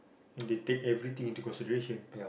and they take everything into consideration